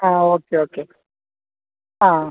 ആ okay okay ആ അ